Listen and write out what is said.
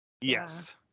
Yes